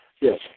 Yes